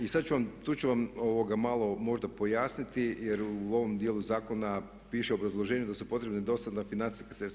I sad ću vam, tu ću vam malo možda pojasniti jer u ovom dijelu zakona piše u obrazloženju da su potrebna dostatna financijska sredstva.